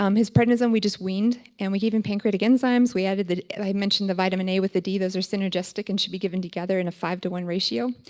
um his prednisone, we just weaned. and we gave him pancreatic enzymes. we added, i mentioned the vitamin a with the d, those are synergistic and should be given together in a five to one ratio.